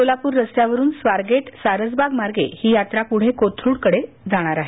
सोलापूर रस्त्यावरून स्वारगेट सारसबागमार्गे ही यात्रा पुढे कोथरूडकडे जाणार आहे